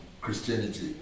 Christianity